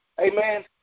Amen